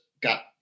got